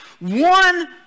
one